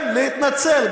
כן להתנצל,